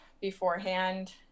beforehand